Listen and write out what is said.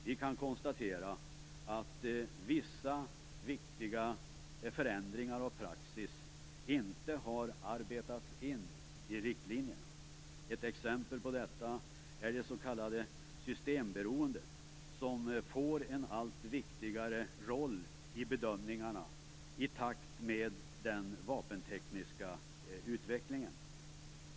Vi kan konstatera att vissa viktiga förändringar av praxis inte har arbetats in i riktlinjerna. Ett exempel på detta är det s.k. systemberoendet, som får en allt viktigare roll i bedömningarna i takt med den vapentekniska utvecklingen.